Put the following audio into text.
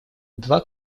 два